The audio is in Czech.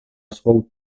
svou